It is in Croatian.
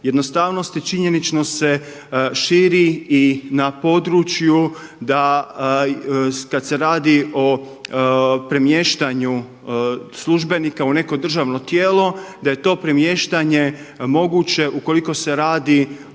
jednostavnost i činjenično se širi i na području da kada se radi premještanju službenika u neko državno tijelo da je to premještanje moguće ukoliko se radi